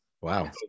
Wow